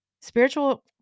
Spiritual